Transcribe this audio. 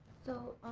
so,